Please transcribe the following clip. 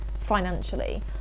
financially